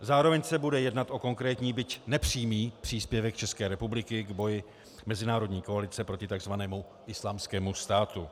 Zároveň se bude jednat o konkrétní, byť nepřímý příspěvek České republiky k boji mezinárodní koalice proti takzvanému Islámskému státu.